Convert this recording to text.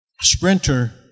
sprinter